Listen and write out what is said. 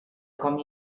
com